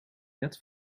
net